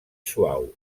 suau